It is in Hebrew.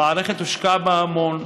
במערכת הושקע המון,